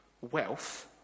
wealth